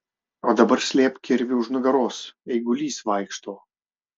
o dabar slėpk kirvį už nugaros eigulys vaikšto